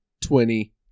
twenty